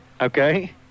Okay